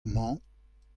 mañ